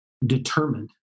determined